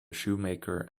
shoemaker